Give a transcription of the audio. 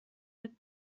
یاد